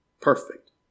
Perfect